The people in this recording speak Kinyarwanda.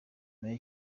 nyuma